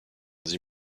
dis